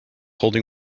holding